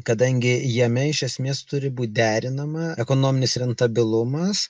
kadangi jame iš esmės turi būt derinama ekonominis rentabilumas